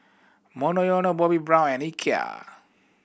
Monoyono Bobbi Brown and Ikea